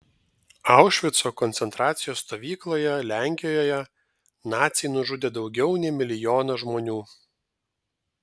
aušvico koncentracijos stovykloje lenkijoje naciai nužudė daugiau nei milijoną žmonių